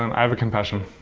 and i have a confession.